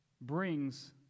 brings